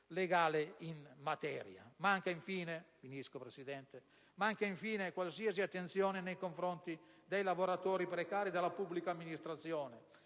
legale in materia. Manca infine, signora Presidente, qualsiasi attenzione nei confronti dei lavoratori precari della pubblica amministrazione,